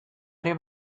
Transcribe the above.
ere